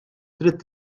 trid